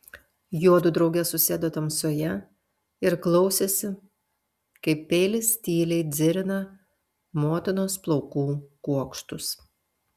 juodu drauge susėdo tamsoje ir klausėsi kaip peilis tyliai dzirina motinos plaukų kuokštus